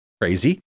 crazy